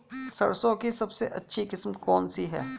सरसों की सबसे अच्छी किस्म कौन सी है?